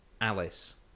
Alice